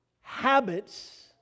habits